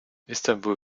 istanbul